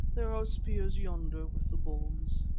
there are spears yonder with the bones.